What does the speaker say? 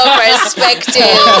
perspective